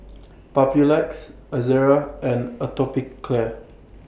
Papulex Ezerra and Atopiclair